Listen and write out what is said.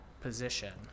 position